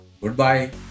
goodbye